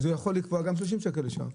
אז הוא יכול לקבוע גם 30 שקל לשעה.